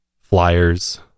flyers